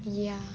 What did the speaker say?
ya